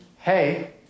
hey